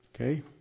Okay